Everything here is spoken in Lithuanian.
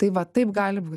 tai va taip gali būt